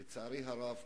לצערי הרב,